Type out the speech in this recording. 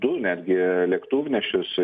du netgi lėktuvnešius